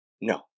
No